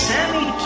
Sammy